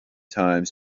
times